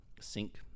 sync